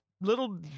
little